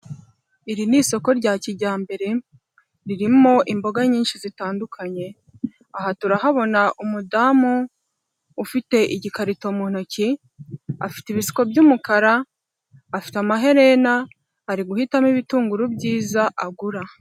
Iri ni isoko rya kijyambere, ririmo imboga nyinshi zitandukanye, aha turahabona umudamu ufite igikarito mu ntoki, afite ibishuko by'umukara, afite amaherena, ari guhitamo ibitunguru byiza agura.